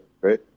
right